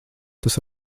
tas